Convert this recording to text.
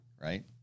right